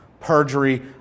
perjury